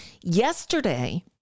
Yesterday